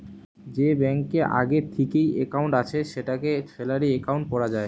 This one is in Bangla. যে ব্যাংকে আগে থিকেই একাউন্ট আছে সেটাকে স্যালারি একাউন্ট কোরা যায়